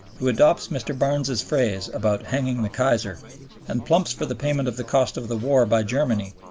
who adopts mr. barnes's phrase about hanging the kaiser and plumps for the payment of the cost of the war by germany,